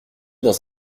dans